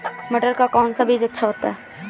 मटर का कौन सा बीज अच्छा होता हैं?